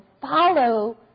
follow